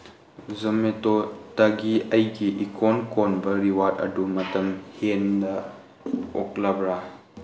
ꯖꯣꯃꯦꯇꯣꯇꯒꯤ ꯑꯩꯒꯤ ꯏꯀꯣꯟ ꯀꯣꯟꯕ ꯔꯤꯋꯥꯔꯠ ꯑꯗꯨ ꯃꯇꯝ ꯍꯦꯟꯅ ꯑꯣꯛꯂꯕ꯭ꯔꯥ